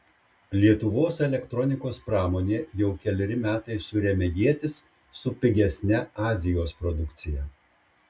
lietuvos elektronikos pramonė jau keleri metai suremia ietis su pigesne azijos produkcija